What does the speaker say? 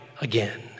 again